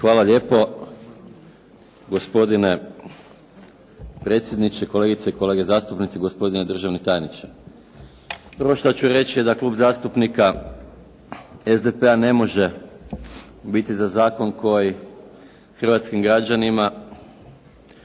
Hvala lijepo, gospodine predsjedniče. Kolegice i kolege zastupnici. Gospodine državni tajniče. Prvo što ću reći je da Klub zastupnika SDP-a ne može biti za zakon koji hrvatskim građanima